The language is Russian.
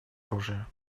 оружия